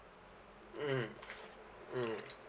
mm mm